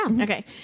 okay